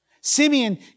Simeon